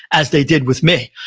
as they did with me.